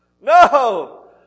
No